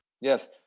Yes